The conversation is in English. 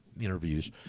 interviews